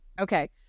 Okay